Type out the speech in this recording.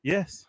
Yes